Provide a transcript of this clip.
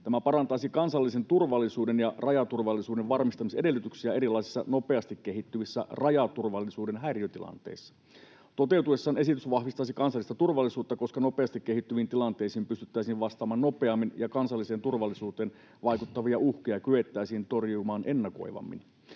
Tämä parantaisi kansallisen turvallisuuden ja rajaturvallisuuden varmistamisen edellytyksiä erilaisissa nopeasti kehittyvissä rajaturvallisuuden häiriötilanteissa. Toteutuessaan esitys vahvistaisi kansallista turvallisuutta, koska nopeasti kehittyviin tilanteisiin pystyttäisiin vastaamaan nopeammin ja kansalliseen turvallisuuteen vaikuttavia uhkia kyettäisiin torjumaan ennakoivammin.